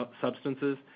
substances